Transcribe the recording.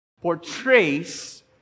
portrays